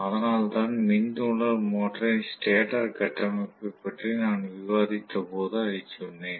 அதனால்தான் மின் தூண்டல் மோட்டாரின் ஸ்டேட்டர் கட்டமைப்பைப் பற்றி நான் விவாதித்தபோது அதை சொன்னேன்